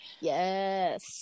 yes